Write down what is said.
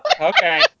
Okay